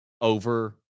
over